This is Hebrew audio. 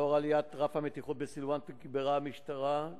לאור עליית רף המתיחות בסילואן תגברה המשטרה,